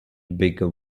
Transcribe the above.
bigger